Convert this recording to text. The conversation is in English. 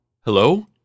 Hello